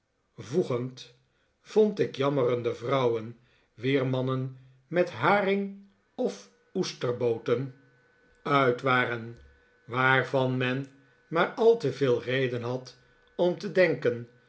vond ik jammerende vrouwen wier mannen met haring of oesterbooten uit waren waarvan men maar al te veel reden had om te denken